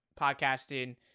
podcasting